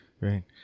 Right